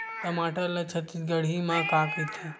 टमाटर ला छत्तीसगढ़ी मा का कइथे?